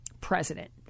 president